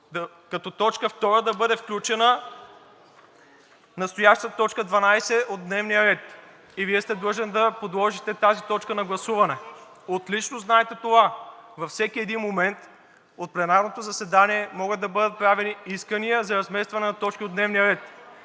като точка втора да бъде включена настоящата точка дванадесета от дневния ред, и Вие сте длъжен да подложите тази точка на гласуване. Отлично знаете това – във всеки един момент от пленарното заседание могат да бъдат правени искания за разместване на точки от дневния ред.